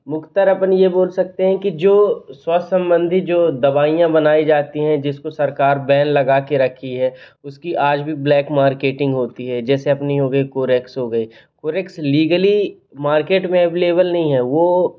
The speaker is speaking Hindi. मुख्तर अपन ये बोल सकते हैं कि जो स्वास्थ्य संबंधी जो दवाइयाँ बनाई जाती हैं जिसको सरकार बैन लगा के रखी है उसकी आज भी ब्लैक मार्केटिंग होती है जैसे अपनी हो गई कोरेक्स हो गई कॉरेक्स लीगली मार्केट में अवलेवल नहीं है वो